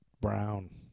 brown